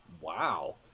wow